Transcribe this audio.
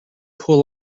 pull